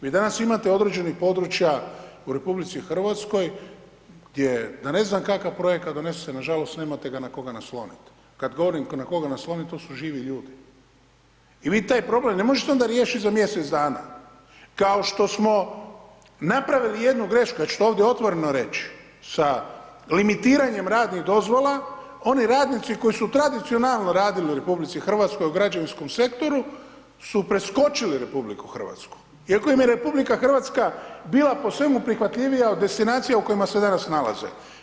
Vi danas imate određenih područja u RH gdje da ne znam kakav projekt donesete nažalost nemate ga na koga naslonit, kad govorim na koga naslonit to su živi ljudi i vi taj problem ne možete onda riješit za mjesec dana, kao što smo napravili jednu grešku, ja ću to ovdje otvoreno reći, sa limitiranjem radnih dozvola oni radnici koji su tradicionalno radili u RH u građevinskom sektoru su preskočili RH iako im je RH bila po svemu prihvatljivija od destinacija u kojima se danas nalaze.